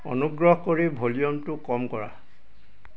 অনুগ্ৰহ কৰি ভলিউমটো কম কৰা